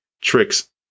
tricks